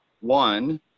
One